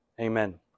Amen